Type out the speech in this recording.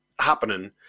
happening